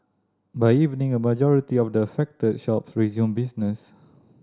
by evening a majority of the affected shops resumed business